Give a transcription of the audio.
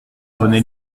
rené